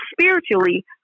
spiritually